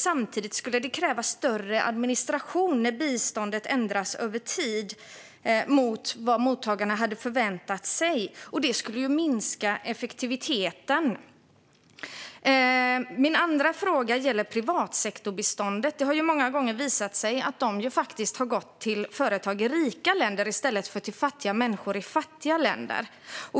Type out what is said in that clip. Samtidigt skulle det krävas större administration när biståndet ändras över tid mot vad mottagarna hade förväntat sig, och det skulle minska effektiviteten. Min andra fråga gäller privatsektorbiståndet. Det har många gånger visat sig att det har gått till företag i rika länder i stället för till fattiga människor i fattiga länder.